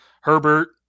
Herbert